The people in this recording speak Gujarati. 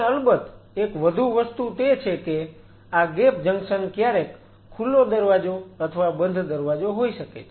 અને અલબત્ત એક વધુ વસ્તુ તે છે કે આ ગેપ જંકશન ક્યારેક ખુલ્લો દરવાજો અથવા બંધ દરવાજો હોઈ શકે છે